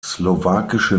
slowakische